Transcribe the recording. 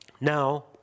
Now